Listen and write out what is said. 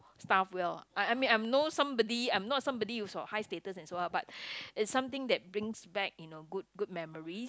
staff well lah I mean I'm no somebody I'm not somebody who's of high status or so lah but it's something that brings back you know good memories